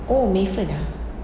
oh mei fen ah